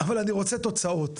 אבל אני רוצה תוצאות,